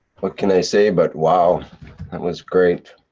what can i say but, wow, that was great?